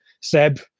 Seb